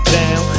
down